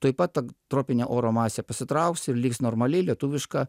tuoj pat ta tropinė oro masė pasitrauks ir liks normali lietuviška